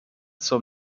zur